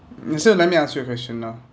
instead let me ask you a question now